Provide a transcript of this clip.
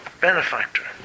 benefactor